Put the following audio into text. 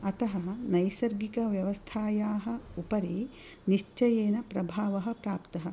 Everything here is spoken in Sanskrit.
अतः नैसर्गिकव्यवस्थायाः उपरि निश्चयेन प्रभावः प्राप्तः